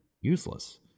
useless